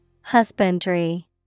Husbandry